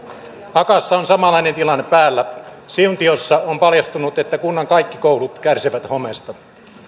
akaassa on samanlainen tilanne päällä siuntiossa on paljastunut että kunnan kaikki koulut kärsivät homeesta